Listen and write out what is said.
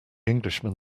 englishman